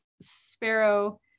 sparrow